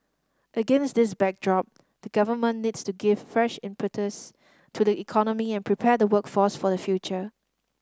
against this backdrop the Government needs to give fresh impetus to the economy and prepare the workforce for the future